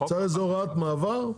צריך איזה הוראת מעבר,